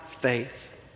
faith